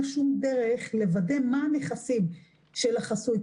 שום דרך לוודא מה הנכסים של החסוי,